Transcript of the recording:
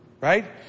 right